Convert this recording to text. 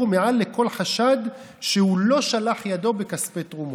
מעל לכל חשד שלא שלח ידו בכספי תרומות.